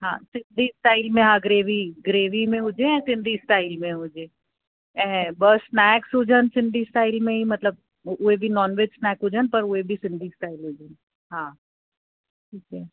हा सिंधी स्टाइल में हा ग्रेवी ग्रेवी में हुजे ऐं सिंधी स्टाइल में हुजे ऐं ॿ स्नैक्स हुजनि सिंधी स्टाइल में ई मतलबु उहे बि नॉनवेज स्नैक हुजनि पर उहे बि सिंधी स्टाइल हुजनि हम्म हा